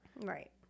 right